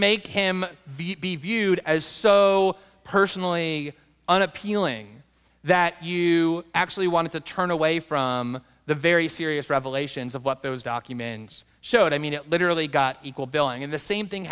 make him be viewed as so personally unappealing that you actually wanted to turn away from the very serious revelations of what those documents showed i mean it literally got equal billing in the same thing